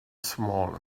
small